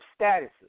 statuses